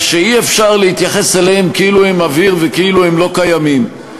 ואי-אפשר להתייחס אליהם כאילו הם אוויר וכאילו הם לא קיימים.